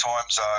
times